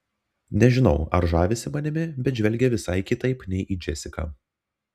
nežinau ar žavisi manimi bet žvelgia visai kitaip nei į džesiką